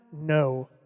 No